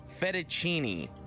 fettuccine